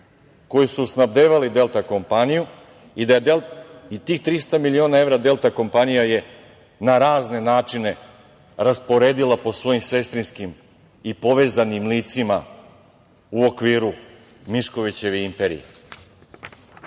koji su snabdevali „Delta“ kompaniju i tih 300 miliona evra „Delta kompanija“ je na razne načine rasporedila po svojim sestrinskim i povezanim licima u okviru Miškovićeve imperije. Kako